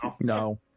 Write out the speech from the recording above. no